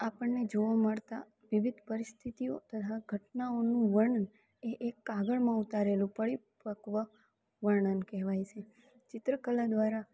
આપણને જોવા મળતા વિવિધ પરિસ્થિતિઓ તથા ઘટનાઓનું વર્ણન એ એક કાગળમાં ઉતારેલું પરિપક્વ વર્ણન કહેવાય છે ચિત્રકલા દ્વારા